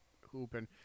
hooping